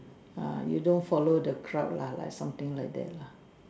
ah you don't follow the crowd lah like something like that lah